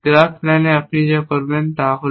graph প্ল্যানে আপনি যা করবেন তা হল